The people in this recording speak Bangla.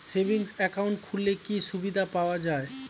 সেভিংস একাউন্ট খুললে কি সুবিধা পাওয়া যায়?